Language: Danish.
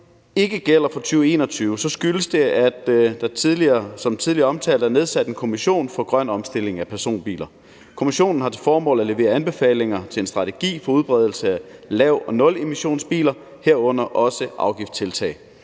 Når det ikke gælder for 2021, skyldes det, at der som tidligere omtalt er nedsat en kommission for grøn omstilling af personbiler. Kommissionen har til formål at levere anbefalinger til en strategi for udbredelse af lav- og nulemissionsbiler, herunder også afgiftstiltag.